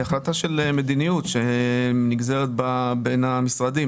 היא החלטה של מדיניות שנגזרת בין המשרדים,